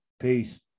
peace